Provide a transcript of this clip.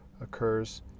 occurs